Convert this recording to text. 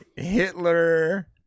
Hitler